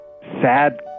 sad